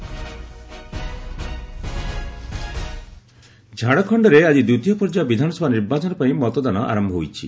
Jharkhand polling ଝାଡ଼ଖଣ୍ଡରେ ଆଜି ଦ୍ୱିତୀୟ ପର୍ଯ୍ୟାୟ ବିଧାନସଭା ନିର୍ବାଚନ ପାଇଁ ମତଦାନ ଆରମ୍ଭ ହୋଇଛି